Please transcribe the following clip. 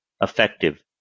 effective